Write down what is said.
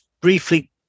briefly